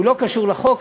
שלא קשור לחוק,